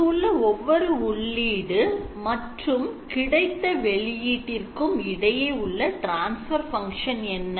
இங்கு உள்ள ஒவ்வொரு உள்ளீடு மற்றும் கிடைத்த வெளியீட்டிற்கும் இடையே உள்ள transfer function என்ன